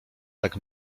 tak